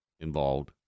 Involved